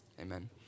amen